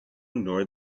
nor